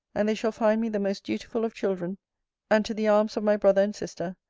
and they shall find me the most dutiful of children and to the arms of my brother and sister,